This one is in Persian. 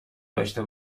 داشته